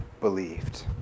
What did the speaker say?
believed